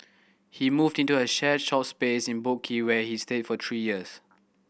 he moved into a shared shop space in Boat Quay where he stayed for three years